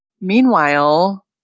Meanwhile